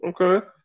okay